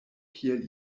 kiel